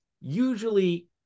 usually